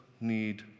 need